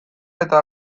eta